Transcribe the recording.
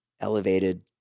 elevated